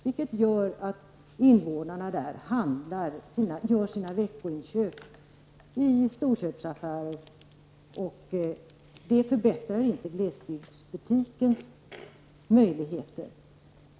Därför gör invånarna sina veckoinköp i storköpsaffärer, vilket inte förbättrar glesbygdsbutikernas möjligheter.